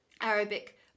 Arabic